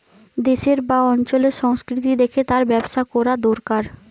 দেশের বা অঞ্চলের সংস্কৃতি দেখে তার ব্যবসা কোরা দোরকার